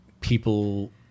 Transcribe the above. People